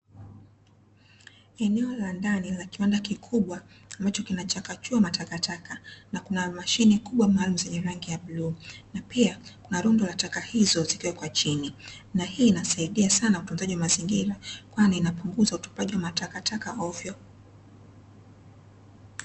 Eneo la ndani la kiwanda kikubwa ambacho kinachakachua matakataka na kuna mashine kubwa maalum zenye rangi ya bluu, na pia kuna rundo la taka hizo zikiwa kwa chini na hii inasaidia sana utunzaji wa mazingira kwani inapunguza utupaji wa matakataka ovyo.